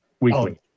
weekly